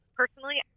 personally